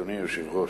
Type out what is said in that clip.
אדוני היושב-ראש,